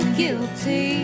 guilty